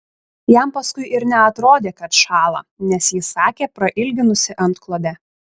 jam paskui ir neatrodė kad šąla nes ji sakė prailginusi antklodę